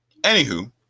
Anywho